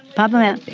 pop them out.